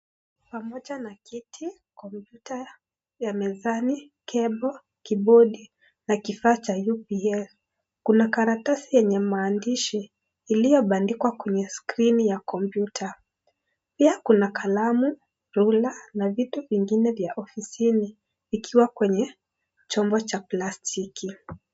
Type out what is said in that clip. Pamoja na kiti Kompyuta ya mezani cable kibodi na kifaa cha UPS kuna karatasi yenye maandishi ikiyobandikwa kwenye skrini ya komputa. Pia kuna kalamu rula na vitu vingine vya ofisini vikiwa kwenye chombo cha plastiki.